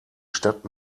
stadt